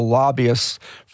lobbyists